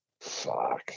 Fuck